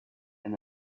and